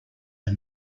are